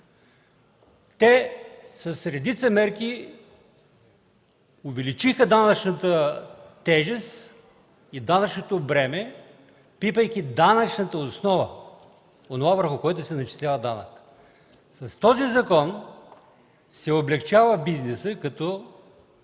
С редица мерки те увеличиха данъчната тежест и данъчното бреме, пипайки данъчната основа – онова, върху което се начислява данъкът. С този закон се облекчава бизнесът, като